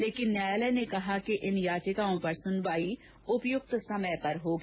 लेकिन न्यायालय ने कहा कि इन याचिकाओं पर सुनवाई उपयुक्त समय पर होगी